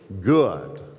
good